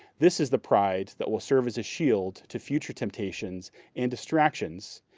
this is the pride that will serve as a shield to future temptations and distractions,